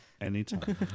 Anytime